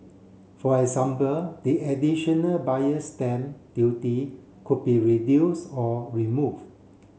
for example the additional buyer stamp duty could be reduce or remove